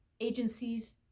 agencies